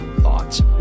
thoughts